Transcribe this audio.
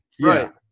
Right